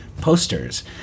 posters